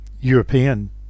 European